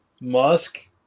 Musk